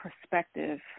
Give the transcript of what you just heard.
perspective